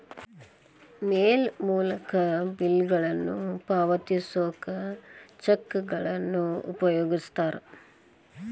ಮೇಲ್ ಮೂಲಕ ಬಿಲ್ಗಳನ್ನ ಪಾವತಿಸೋಕ ಚೆಕ್ಗಳನ್ನ ಉಪಯೋಗಿಸ್ತಾರ